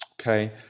Okay